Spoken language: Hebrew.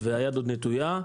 והיד עוד נטויה.